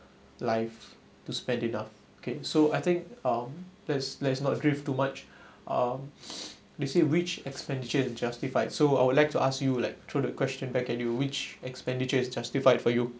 life to spend enough kay so I think um let's let's not drift too much uh they say which expenditure is justified so I would like to ask you like throw the question back at you which expenditure is justified for you